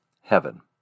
heaven